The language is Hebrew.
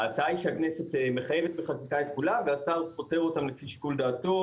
ההצעה היא שהכנסת מחייבת בחקיקה את כולם והשר פוטר אותם לפי שיקול דעתו,